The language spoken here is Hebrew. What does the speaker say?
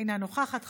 אינה נוכחת,